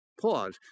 Pause